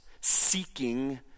seeking